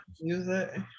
music